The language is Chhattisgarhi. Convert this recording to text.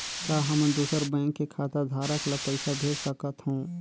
का हमन दूसर बैंक के खाताधरक ल पइसा भेज सकथ हों?